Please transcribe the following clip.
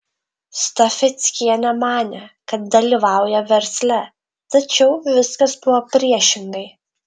stafeckienė manė kad dalyvauja versle tačiau viskas buvo priešingai